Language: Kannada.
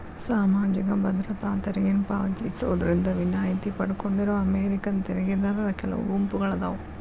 ಸಾಮಾಜಿಕ ಭದ್ರತಾ ತೆರಿಗೆನ ಪಾವತಿಸೋದ್ರಿಂದ ವಿನಾಯಿತಿ ಪಡ್ಕೊಂಡಿರೋ ಅಮೇರಿಕನ್ ತೆರಿಗೆದಾರರ ಕೆಲವು ಗುಂಪುಗಳಾದಾವ